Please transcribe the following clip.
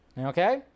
Okay